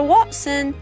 Watson